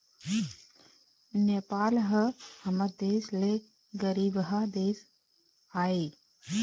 नेपाल ह हमर देश ले गरीबहा देश आय